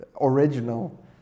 original